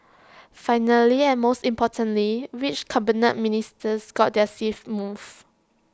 finally and most importantly which Cabinet Ministers got their seats moved